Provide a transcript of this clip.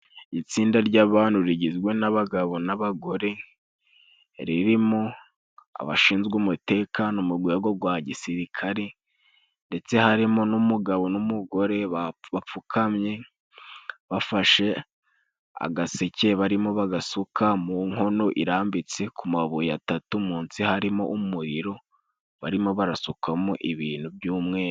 Itsinda ry'abantu rigizwe n'abagabo n'abagore, ririmo abashinzwe umutekano mu rwego gwa gisirikare, ndetse harimo n'umugabo n'umugore bapfukamye, bafashe agaseke barimo bagasuka mu nkono irambitse ku mabuye atatu mu nsi harimo umuriro, barimo barasukamo ibintu by'umweru.